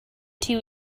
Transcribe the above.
two